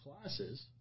classes